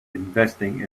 investing